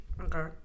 Okay